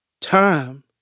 Time